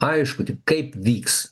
aišku kaip vyks